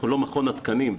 אנחנו לא מכון התקנים.